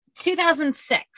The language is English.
2006